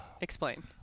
Explain